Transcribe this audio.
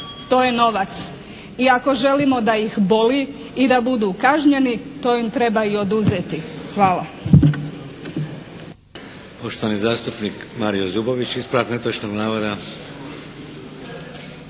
to je novac. I ako želimo da ih boli i da budu kažnjeni to im treba i oduzeti. Hvala.